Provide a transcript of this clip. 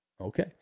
Okay